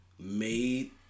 made